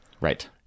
right